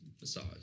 massage